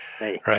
Right